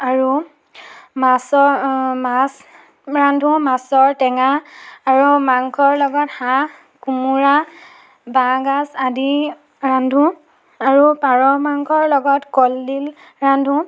আৰু মাছৰ মাছ ৰান্ধোঁ মাছৰ টেঙা আৰু মাংসৰ লগত হাঁহ কোমোৰা বাঁহগাজ আদি ৰান্ধোঁ আৰু পাৰ মাংসৰ লগত কলডিল ৰান্ধোঁ